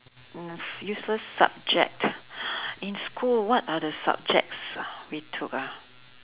mm useless subject in school what are the subjects we took ah